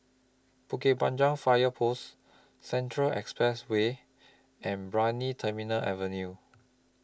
Bukit Panjang Fire Post Central Expressway and Brani Terminal Avenue